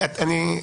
רובריקה